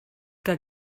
que